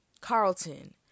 carlton